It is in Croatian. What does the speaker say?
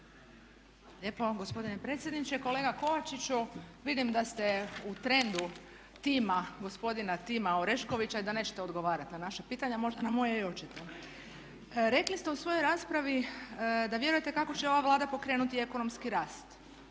lijepa gospodine predsjedniče. Kolega Kovačiću, vidim da ste u trendu tima gospodina Tima Oreškovića i da nećete odgovarati na naša pitanja, možda na moje i oćete. Rekli ste u svojoj raspravi da vjerujete kako će ova Vlada pokrenuti ekonomski rast,